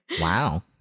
wow